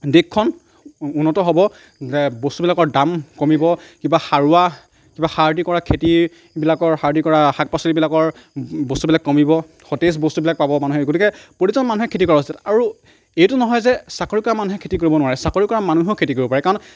দেশখন উন্নত হ'ব বস্তুবিলাকৰ দাম কমিব কিবা সাৰুৱা কিবা সাৰ দি কৰা খেতিবিলাকৰ সাৰ দি কৰা শাক পাচলিবিলাকৰ বস্তুবিলাক কমিব সতেজ বস্তুবিলাক পাব মানুহে গতিকে প্ৰতিজন মানুহে খেতি কৰা উচিত আৰু এইটো নহয় যে চাকৰি কৰা মানুহে খেতি কৰিব নোৱাৰে চাকৰি কৰা মানুহেও খেতি কৰিব পাৰে কাৰণ